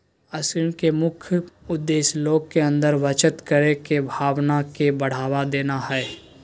scheme के मुख्य उद्देश्य लोग के अंदर बचत करे के भावना के बढ़ावा देना हइ